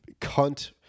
cunt